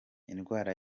indwara